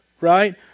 right